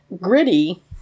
gritty